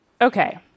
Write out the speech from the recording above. Okay